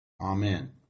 Amen